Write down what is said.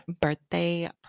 birthday